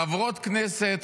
חברות כנסת,